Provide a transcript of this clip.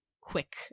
quick